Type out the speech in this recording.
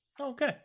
Okay